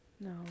No